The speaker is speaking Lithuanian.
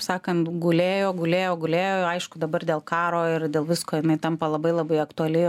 sakant gulėjo gulėjo gulėjo aišku dabar dėl karo ir dėl visko jinai tampa labai labai aktuali